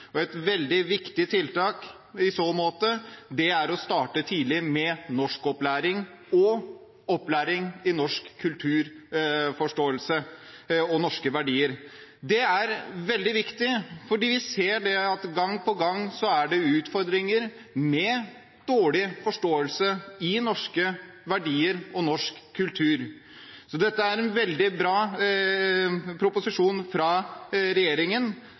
Et veldig viktig tiltak i så måte er å starte tidlig med norskopplæring og opplæring i norsk kulturforståelse og norske verdier. Det er veldig viktig fordi vi ser at det gang på gang er utfordringer med dårlig forståelse av norske verdier og norsk kultur. Det er en veldig bra proposisjon fra regjeringen,